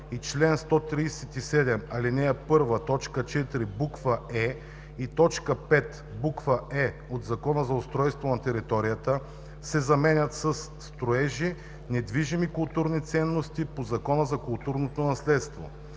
и чл. 137, ал. 1, т. 4, буква „е“ и т. 5, буква „е“ от Закона за устройство на територията“ се заменят със „строежи – недвижими културни ценности по Закона за културното наследство“.